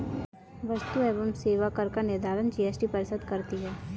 वस्तु एवं सेवा कर का निर्धारण जीएसटी परिषद करती है